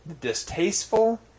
distasteful